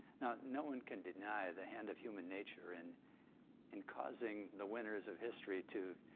now no one can deny the hand of human nature in in causing the winners of history to.